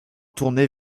tournés